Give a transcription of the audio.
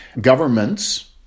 governments